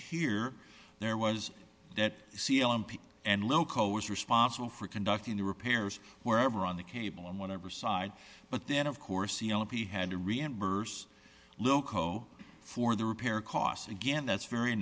here there was that c l m p and loco was responsible for conducting the repairs wherever on the cable and whatever side but then of course e l p had to reimburse loco for the repair costs again that's very